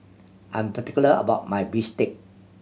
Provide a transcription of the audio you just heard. I am particular about my bistake